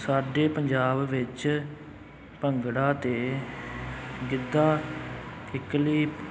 ਸਾਡੇ ਪੰਜਾਬ ਵਿੱਚ ਭੰਗੜਾ ਅਤੇ ਗਿੱਧਾ ਕਿੱਕਲੀ